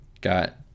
Got